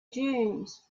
dunes